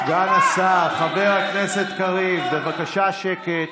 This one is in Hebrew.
סגן השר, חבר הכנסת קריב, בבקשה שקט.